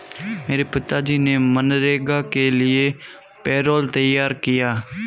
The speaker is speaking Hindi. मेरे पिताजी ने मनरेगा के लिए पैरोल तैयार किया